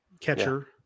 catcher